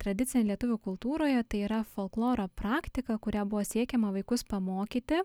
tradicija lietuvių kultūroje tai yra folkloro praktika kuria buvo siekiama vaikus pamokyti